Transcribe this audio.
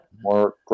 More